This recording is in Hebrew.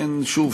שוב,